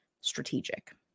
strategic